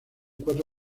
cuatro